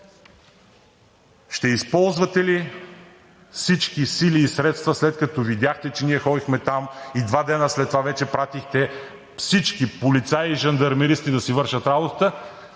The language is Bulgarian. ще използвате ли всички сили и средства, след като видяхте, че ние ходихме там и два дена след това вече пратихте всички – полицаи, жандармеристи, да си вършат работата,